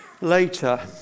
later